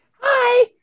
Hi